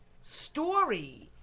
story